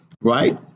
right